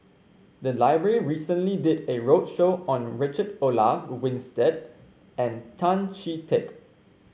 the library recently did a roadshow on Richard Olaf Winstedt and Tan Chee Teck